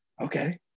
Okay